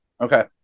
Okay